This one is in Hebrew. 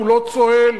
כולו צוהל.